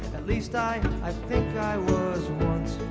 at least i, i think i was once